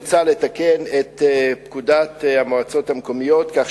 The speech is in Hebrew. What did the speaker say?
מוצע לתקן את פקודת המועצות המקומיות כך